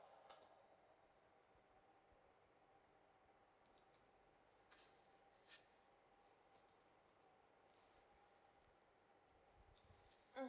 mm